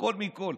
הכול מכול.